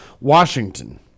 Washington